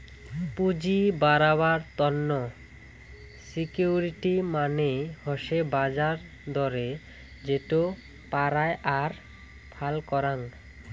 পুঁজি বাড়াবার তন্ন সিকিউরিটি মানে হসে বাজার দরে যেটো পারায় আর ফাল করাং